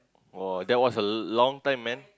!woah! that's was a long time man